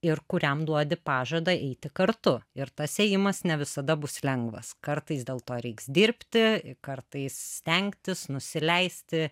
ir kuriam duodi pažadą eiti kartu ir tas ėjimas ne visada bus lengvas kartais dėl to reiks dirbti kartais stengtis nusileisti